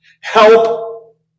help